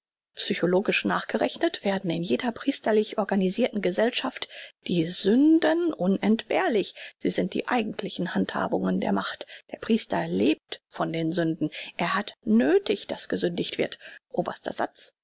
psychologisch nachgerechnet werden in jeder priesterlich organisirten gesellschaft die sünden unentbehrlich sie sind die eigentlichen handhaben der macht der priester lebt von den sünden er hat nöthig daß gesündigt wird oberster satz